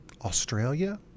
australia